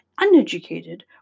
uneducated